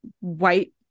white